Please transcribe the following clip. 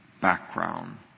background